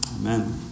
Amen